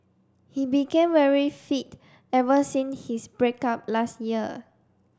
he became very fit ever since his break up last year